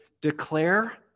declare